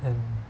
and